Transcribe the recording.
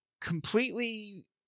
completely